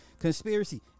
conspiracy